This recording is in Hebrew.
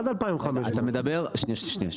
2,500. עד 2,500. שאני אבין,